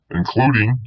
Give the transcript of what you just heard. including